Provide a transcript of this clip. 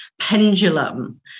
pendulum